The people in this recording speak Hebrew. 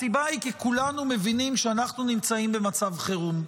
הסיבה היא כי כולנו מבינים שאנחנו נמצאים במצב חירום.